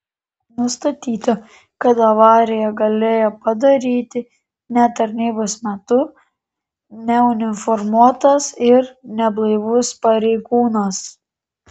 nustatyta kad avariją galėjo padaryti ne tarnybos metu neuniformuotas ir neblaivus pareigūnas